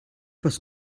was